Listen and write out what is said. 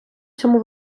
цьому